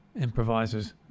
improvisers